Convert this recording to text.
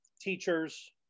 teachers